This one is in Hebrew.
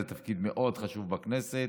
זה תפקיד מאוד חשוב בכנסת.